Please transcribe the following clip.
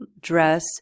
dress